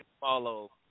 follow